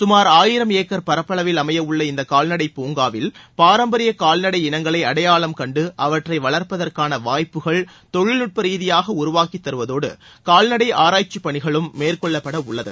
சுமார் ஆயிரம் ஏக்கர் பரப்பளவில் அமையவுள்ள இந்த கால்நடைப் பூங்காவில் பாரம்பரிய கால்நடை இனங்களை அடையாளம் கண்டு அவற்றை வளர்ப்பதற்கான வாய்ப்புகள் தொழில்நுட்ப ரீதியாக உருவாக்கித் தருவதோடு கால்நடை ஆராய்ச்சிப் பணிகளும் மேற்கொள்ளப்பட உள்ளது